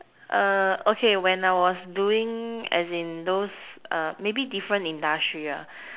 okay when I was doing as in those maybe different industry